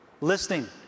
listening